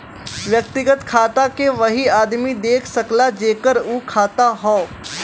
व्यक्तिगत खाता के वही आदमी देख सकला जेकर उ खाता हौ